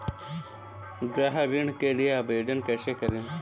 गृह ऋण के लिए आवेदन कैसे करें?